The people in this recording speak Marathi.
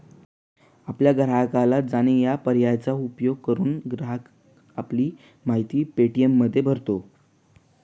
आपल्या ग्राहकाला जाणे या पर्यायाचा उपयोग करून, ग्राहक आपली माहिती पे.टी.एममध्ये भरतो